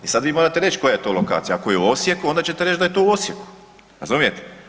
I sad vi morate reć koja je to lokacija, ako je u Osijeku onda ćete reć da je to u Osijeku, razumijete?